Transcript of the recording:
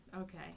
okay